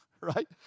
right